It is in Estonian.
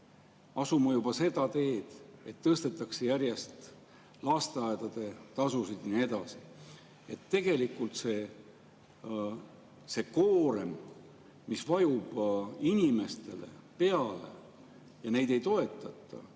asuma juba seda teed, et tõstetakse järjest lasteaiatasusid ja nii edasi. Tegelikult see koorem, mis vajub inimestele peale, on siis, kui neid ei toetata,